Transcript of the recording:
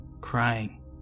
crying